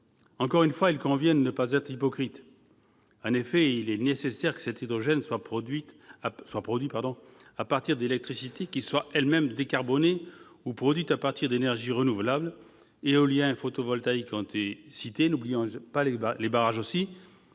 Encore une fois, il convient de ne pas être hypocrite. Il est en effet nécessaire que l'hydrogène soit produit à partir d'une électricité qui soit elle-même décarbonée ou produite à partir d'énergies renouvelables- outre l'éolien et les photovoltaïques, déjà cités, n'oublions pas les barrages.